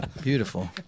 Beautiful